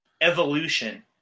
evolution